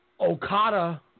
Okada